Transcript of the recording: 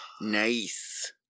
Nice